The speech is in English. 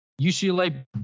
UCLA